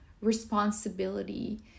responsibility